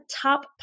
top